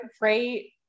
great